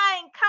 Come